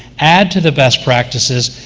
add to the best practices,